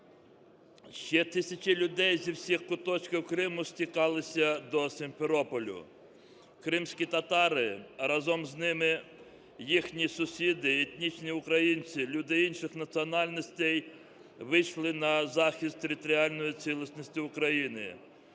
Ще тисячі людей з усіх куточків Криму стікалися до Сімферополя, кримські татари, а разом з ними їхні сусіди - етнічні українці, люди інших національностей вийшли на захист територіальної цілісності України.